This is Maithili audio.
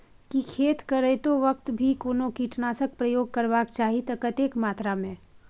की खेत करैतो वक्त भी कोनो कीटनासक प्रयोग करबाक चाही त कतेक मात्रा में?